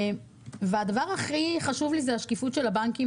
הדבר הכי חשוב לי זה השקיפות של הבנקים